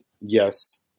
yes